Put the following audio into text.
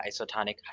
isotonic